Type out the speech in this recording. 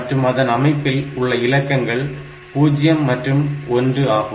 மற்றும் அந்த அமைப்பில் உள்ள இலக்கங்கள் 0 மற்றும் 1 ஆகும்